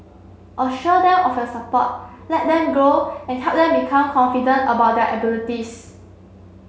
assure them of your support let them grow and help them become confident about their abilities